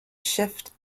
shift